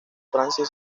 francia